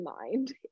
mind